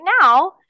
now